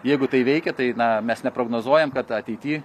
jeigu tai veikia tai na mes neprognozuojam kad ateity